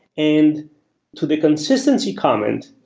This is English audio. and to the consistency comment,